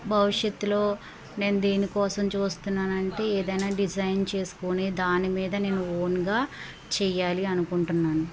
భవిష్యత్తులో నేను దెనికోసం చూస్తున్నానంటే ఏదైనా డిజైన్ చేసుకుని దాని మీద నేను ఓన్గా చెయ్యాలి అనుకుంటునాను